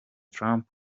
trump